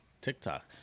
TikTok